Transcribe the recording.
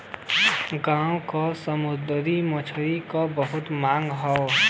गोवा के समुंदरी मछरी के बहुते मांग हौ